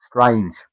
strange